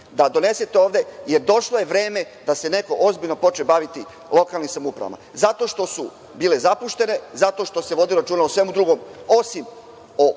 da donesete ovde, jer došlo je vreme da se neko ozbiljno počne baviti lokalnim samoupravama, zato što su bile zapuštene, zato što se vodilo računa o svemu drugom osim o